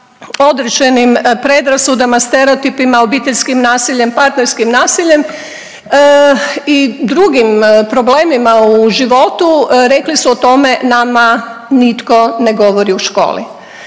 određenim predrasudama, stereotipima, obiteljskim nasiljem, partnerskim nasiljem i drugim problemima u životu. Rekli su o tome nama nitko ne govori u školi.